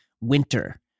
winter